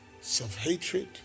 self-hatred